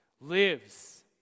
Lives